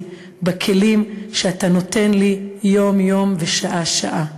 בכלים שאתה נותן לי יום-יום ושעה-שעה".